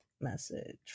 message